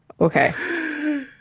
Okay